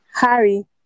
Harry